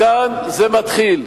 מכאן זה מתחיל.